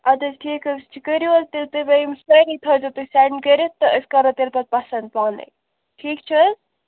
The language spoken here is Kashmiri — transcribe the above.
اَدٕ حظ ٹھیٖک حظ چھُ کٔرِو حظ تیٚلہِ یِم سٲری تھٲوِزیٚو تُہۍ سینٛڈ کٔرِتھ تہٕ أسۍ کَرو تیٚلہِ پَتہٕ پَسنٛد پانے ٹھیٖک چھِ حظ